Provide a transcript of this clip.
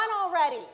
already